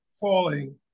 falling